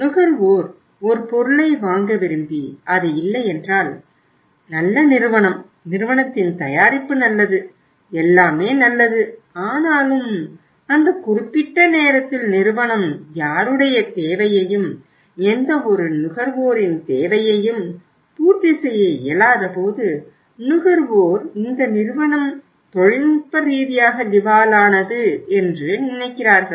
நுகர்வோர் ஒரு பொருளை வாங்க விரும்பி அது இல்லை என்றால் நல்ல நிறுவனம் நிறுவனத்தின் தயாரிப்பு நல்லது எல்லாமே நல்லது ஆனாலும் அந்த குறிப்பிட்ட நேரத்தில் நிறுவனம் யாருடைய தேவையையும் எந்தவொரு நுகர்வோரின் தேவையையும் பூர்த்தி செய்ய இயலாதபோது நுகர்வோர் இந்த நிறுவனம் தொழில்நுட்ப ரீதியாக திவாலானது என்று நினைக்கிறார்கள்